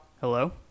hello